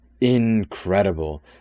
incredible